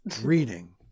reading